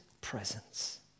presence